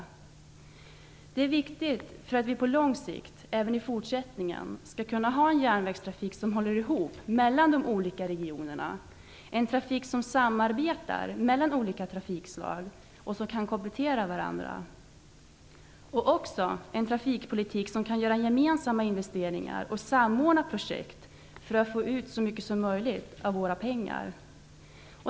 Detta är viktigt för att vi på lång sikt även i fortsättnigen skall kunna ha en järnvägstrafik som håller ihop mellan de olika regionerna, en trafik som samarbetar mellan olika trafikslag och som kan komplettera dessa. Det behövs också en trafikpolitik som möjliggör gemensamma investeringar och som kan samordna projekt för att få ut så mycket som möjligt av våra pengar.